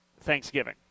Thanksgiving